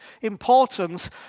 importance